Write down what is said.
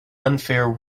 unfair